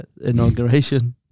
inauguration